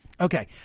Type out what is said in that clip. Okay